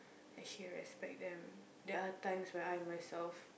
actually respect them there are times when I myself